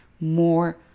more